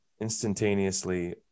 instantaneously